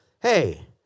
Hey